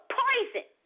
poison